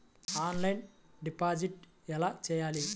Offline deposit ఎలా చేయాలి?